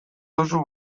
duzu